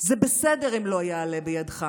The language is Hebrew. זה בסדר אם לא יעלה בידך.